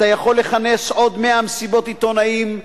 אתה יכול לכנס עוד 100 מסיבות עיתונאים,